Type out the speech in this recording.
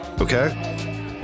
okay